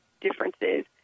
differences